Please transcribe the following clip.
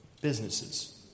businesses